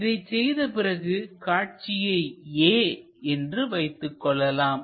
இதைச் செய்த பிறகு காட்சியை a என்று வைத்துக் கொள்ளலாம்